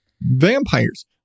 vampires